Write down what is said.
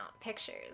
Pictures